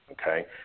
okay